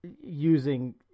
using